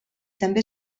també